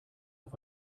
auf